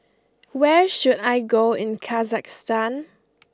where should I go in Kazakhstan